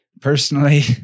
Personally